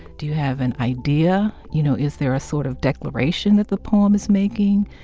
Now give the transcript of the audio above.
do you have an idea? you know, is there a sort of declaration that the poem is making?